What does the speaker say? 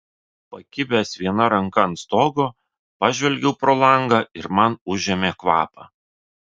pakibęs viena ranka ant stogo pažvelgiau pro langą ir man užėmė kvapą